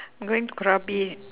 going krabi